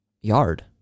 yard